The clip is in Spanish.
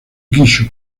kyushu